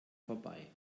vorbei